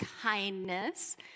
kindness